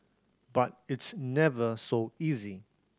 but it's never so easy